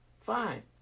Fine